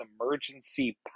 emergency